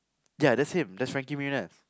ya that him that's Frankie-Muniz